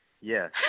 Yes